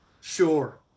Sure